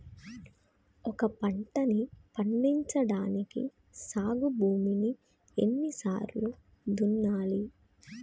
ఒక పంటని పండించడానికి సాగు భూమిని ఎన్ని సార్లు దున్నాలి?